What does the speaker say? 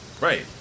Right